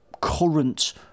current